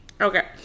okay